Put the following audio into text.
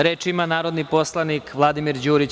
Reč ima narodni poslanik Vladimir Đurić.